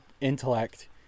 intellect